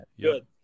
good